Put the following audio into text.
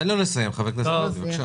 תו לו לסיים, חבר הכנסת גפני.